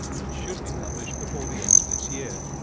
which should be published before the end of this year.